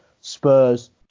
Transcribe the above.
Spurs